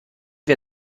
wir